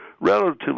Relatively